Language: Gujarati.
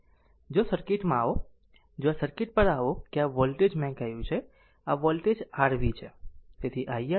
જો આ સર્કિટ માં આવો જો આ સર્કિટ પર આવો કે જે આ વોલ્ટેજ મેં કહ્યું છે આ વોલ્ટેજ R v છે